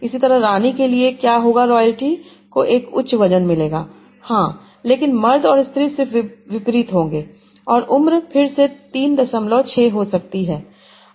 इसी तरह रानी के लिए क्या होगा रॉयल्टी को एक उच्च वजन मिलेगा हां लेकिन मर्द और स्त्री सिर्फ विपरीत होंगे और उम्र फिर से 36 हो सकती है